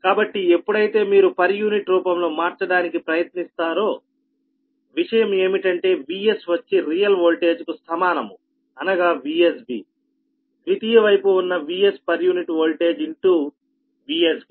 కాబట్టి ఎప్పుడైతే మీరు పర్ యూనిట్ రూపంలో మార్చడానికి ప్రయత్నిస్తారో విషయం ఏమిటంటే Vsవచ్చి రియల్ ఓల్టేజ్ కు సమానము అనగా VsBద్వితీయ వైపు ఉన్న Vs voltage into VsB